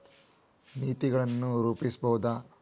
ನೇತಿಗಳನ್ ರೂಪಸ್ಬಹುದು